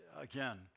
Again